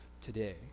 today